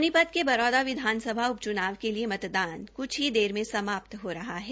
सोनीपत के बरौदा विधानसभा उपच्नाव के लिए मतदान क्छ ही देर में समाप्त हो रहा है